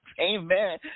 Amen